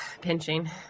pinching